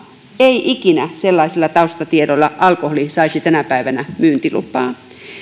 ei ikinä sellaisilla taustatiedoilla alkoholi saisi tänä päivänä myyntilupaa